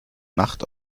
nacht